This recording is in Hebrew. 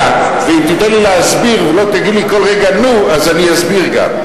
כל רגע "נו", אני אסביר גם.